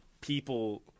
people